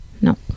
No